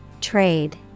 Trade